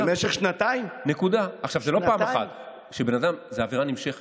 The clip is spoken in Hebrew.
מאז מעצרו זכויותיו כעצור הופרו באופן בוטה.